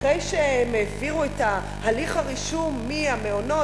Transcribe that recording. אחרי שהם העבירו את הליך הרישום מהמעונות